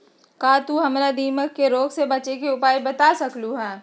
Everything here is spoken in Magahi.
का तू हमरा दीमक के रोग से बचे के उपाय बता सकलु ह?